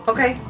Okay